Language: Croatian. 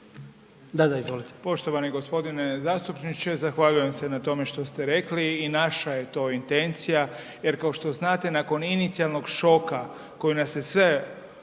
Vili (HDZ)** Poštovani gospodine zastupniče, zahvaljujem se na tome što ste rekli. I naša je to intencija jer kao što znate nakon inicijalnog šoka koji nas je sve